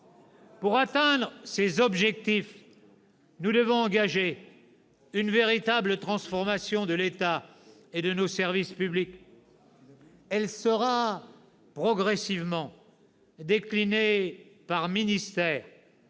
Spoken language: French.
Pour atteindre ces objectifs, nous devons engager une véritable transformation de l'État et de nos services publics. Elle sera progressivement déclinée par ministère